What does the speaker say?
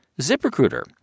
ZipRecruiter